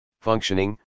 functioning